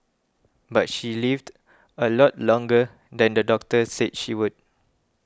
but she lived a lot longer than the doctor said she would